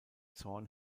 zorn